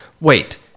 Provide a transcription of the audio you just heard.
wait